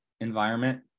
environment